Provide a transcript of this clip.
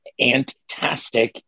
Antastic